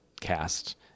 cast